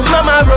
Mama